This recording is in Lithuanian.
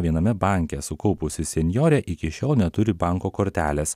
viename banke sukaupusi senjorė iki šiol neturi banko kortelės